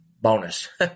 bonus